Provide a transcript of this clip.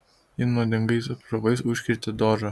ji nuodingais apžavais užkrėtė dožą